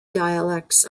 dialects